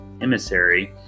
Emissary